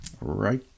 right